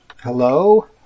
Hello